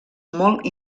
molt